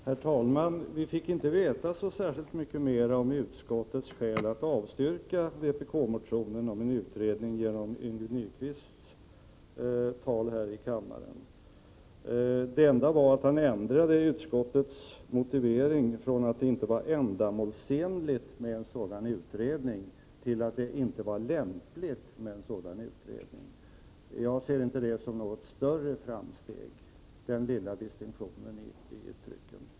Herr talman! Vi fick inte veta särskilt mycket mera om utskottets skäl för att avstyrka vpk-motionen om en utredning genom Yngve Nyquists tal här i kammaren. Det enda var att han ändrade utskottets motivering, från att det inte var ”ändamålsenligt” med en sådan utredning till att det inte var ”lämpligt”. Jag ser inte denna lilla distinktion i uttryck som något större framsteg.